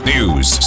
News